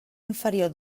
inferior